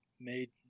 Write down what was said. made